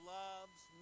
loves